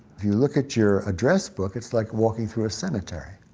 if you look at your address book, it's like walking through a cemetery.